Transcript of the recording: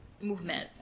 movement